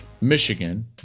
Michigan